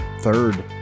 third